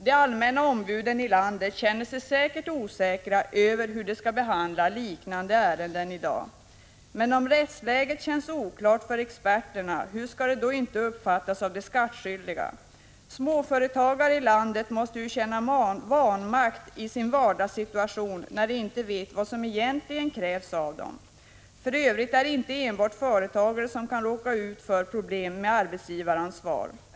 De allmänna ombuden i landet känner sig säkert osäkra över hur de skall behandla liknande ärenden i dag. Men om rättsläget känns oklart för experterna, hur skall det då inte uppfattas av de skattskyldiga. Småföretagare i landet måste ju känna vanmakt i sin vardagssituation, när de inte vet vad som egentligen krävs av dem. För övrigt är det inte enbart företagare som kan råka ut för problem med arbetsgivaransvar.